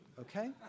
okay